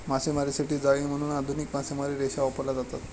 मासेमारीसाठी जाळी म्हणून आधुनिक मासेमारी रेषा वापरल्या जातात